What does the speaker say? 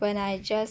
when I just